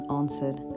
answered